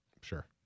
Sure